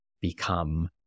become